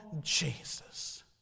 Jesus